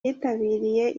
yitabiriye